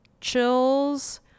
Chills